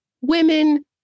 women